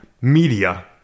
media